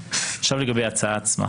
לגבי ההצעה עצמה.